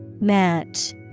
Match